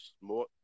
more